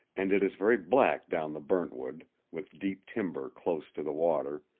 and it is very black down the burntwood, with deep timber close to the water,